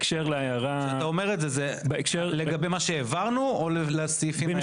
אתה אומר את זה לגבי מה שהעברנו או לסעיפים האלה?